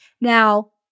Now